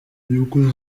inyungu